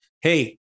Hey